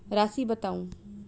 राशि बताउ